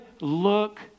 look